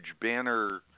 banner